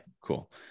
cool